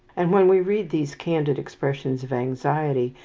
and when we read these candid expressions of anxiety,